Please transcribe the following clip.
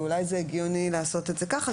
ואולי זה הגיוני לעשות את זה ככה,